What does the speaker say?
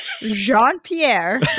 Jean-Pierre